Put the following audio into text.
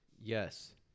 Yes